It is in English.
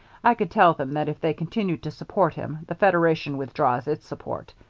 i could tell them that if they continued to support him, the federation withdraws its support.